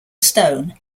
stone